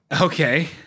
Okay